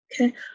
Okay